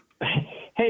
Hey